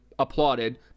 applauded